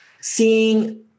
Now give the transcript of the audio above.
seeing